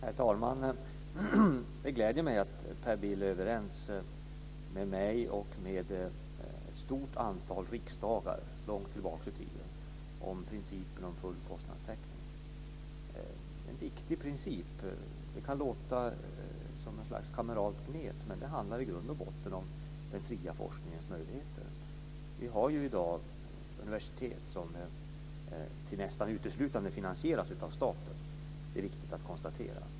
Herr talman! Det gläder mig att Per Bill är överens med mig och med ett stort antal riksdagar långt tillbaka i tiden om principen om full kostnadstäckning. Det är en viktig princip. Det kan låta som kameralt gnet, men det handlar i grund och botten om den fria forskningens möjligheter. Vi har i dag universitet som nästan uteslutande finansieras av staten. Det är viktigt att konstatera.